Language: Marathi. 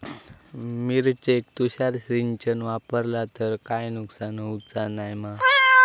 मिरचेक तुषार सिंचन वापरला तर काय नुकसान होऊचा नाय मा?